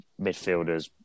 midfielders